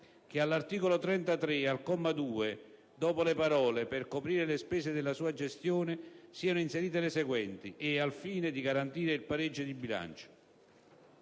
che all'articolo 33, al comma 2, dopo le parole: "per coprire le spese della sua gestione" siano inserite le seguenti: "e al fine di garantire il pareggio di bilancio";